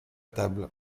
table